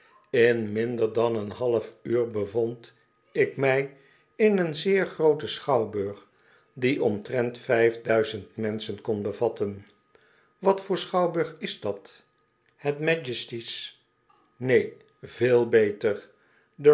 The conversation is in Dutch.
in minder dan een half uur bevond ik mij in een zeer grooten schouwburg die omtrent vijf duizend mensehen kon bevatten wat voor schouwburg is dat her majesty's neen veel beter